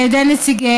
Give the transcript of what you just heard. על ידי נציגיהם,